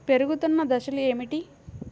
పెరుగుతున్న దశలు ఏమిటి?